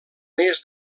més